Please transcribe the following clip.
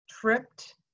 tripped